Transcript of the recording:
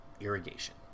irrigation